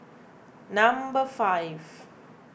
number five